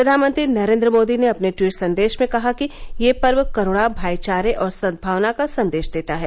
प्र्वानमंत्री नरेन्द्र मोदी ने अपने ट्वीट संदेश में कहा कि यह पर्व करुणा भाईचारे और सदभावना का संदेश देता है